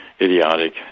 idiotic